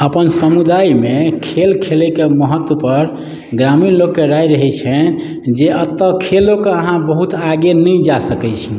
अपन समुदायमे खेल खेलैके महत्वपर ग्रामीण लोककेँ राय रहैत छनि जे एतय खेलो कऽ अहाँ बहुत आगे नहि जा सकैत छी